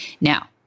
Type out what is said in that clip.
Now